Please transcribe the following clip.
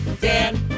Dan